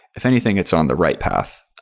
if anything, it's on the write path,